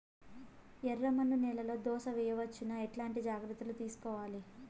ఎర్రమన్ను నేలలో దోస వేయవచ్చునా? ఎట్లాంటి జాగ్రత్త లు తీసుకోవాలి?